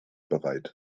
bereit